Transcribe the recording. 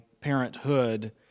parenthood